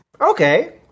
Okay